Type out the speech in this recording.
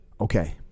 Okay